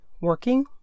working